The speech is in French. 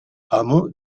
hameau